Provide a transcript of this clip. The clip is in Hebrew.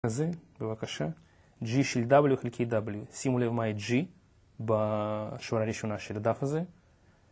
זה, בבקשה, g של w חלקי w, שימו לב מהי g בשורה הראשונה של הדף הזה.